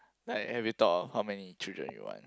like have you thought of how many children you want